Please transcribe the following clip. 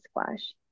squash